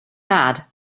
mad